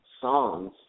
songs